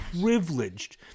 privileged